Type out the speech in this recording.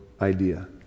idea